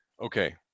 Okay